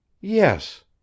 Yes